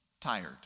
tired